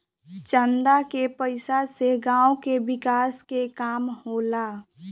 चंदा के पईसा से गांव के विकास के काम होला